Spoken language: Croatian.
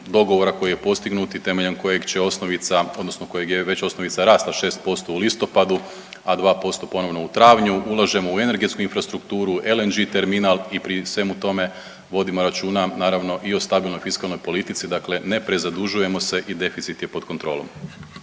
dogovora koji je postignut i temeljem kojeg će osnovica, odnosno kojeg je već osnovica rasla 6% u listopadu, a 2% ponovno u travnju. Ulažemo u energetsku infrastrukturu, LNG terminal i pri svemu tome vodimo računa naravno i o stabilnoj fiskalnoj politici, dakle ne prezadužujemo se i deficit je pod kontrolom.